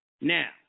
Now